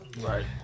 Right